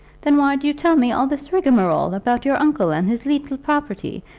then why do you tell me all this rigmarole about your uncle and his leetle property,